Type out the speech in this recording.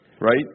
Right